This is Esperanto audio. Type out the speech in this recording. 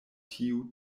tiu